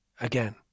again